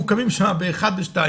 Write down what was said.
הן ממוקמות שם ב-1 ו-2,